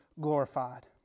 glorified